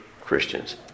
christians